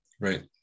Right